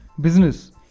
business